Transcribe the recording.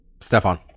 Stefan